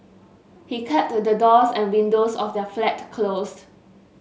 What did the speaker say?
he kept the doors and windows of their flat closed